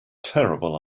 terrible